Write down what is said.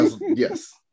Yes